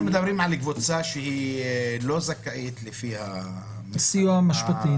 אנחנו מדברים על קבוצה שהיא לא זכאית לפי הסיוע המשפטי,